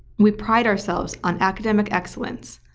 we pride ourselves on academic excellence.